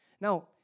Now